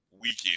weekend